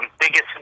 biggest